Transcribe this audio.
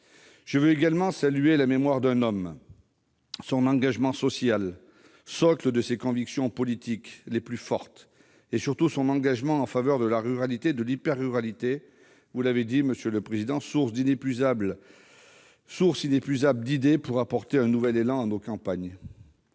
Je veux également saluer la mémoire d'un homme, son engagement social, socle de ses convictions politiques les plus fortes, et surtout son engagement en faveur de la ruralité, de l'hyper-ruralité, source inépuisable d'idées pour apporter un nouvel élan à nos campagnes.